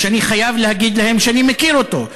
ושאני חייב להגיד להם שאני מכיר אותו.